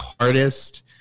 hardest